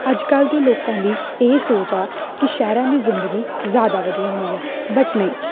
ਅੱਜ ਕੱਲ੍ਹ ਦੇ ਲੋਕਾਂ ਦੀ ਇਹ ਸੋਚ ਆ ਕਿ ਸ਼ਹਿਰਾਂ ਦੀ ਜ਼ਿੰਦਗੀ ਜ਼ਿਆਦਾ ਵਧੀਆ ਹੁੰਦੀ ਆ ਬਟ ਨਹੀਂ